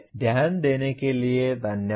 ध्यान देने के लिये धन्यवाद